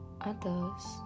Others